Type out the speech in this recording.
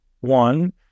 one